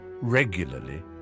regularly